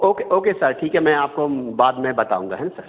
ओ के okay sir ठीक है मैं आपको बाद में बताऊँगा है ना सर